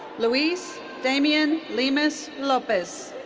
luis damian lemus lopez.